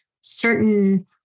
certain